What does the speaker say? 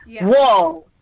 whoa